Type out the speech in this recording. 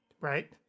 Right